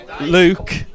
Luke